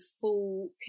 full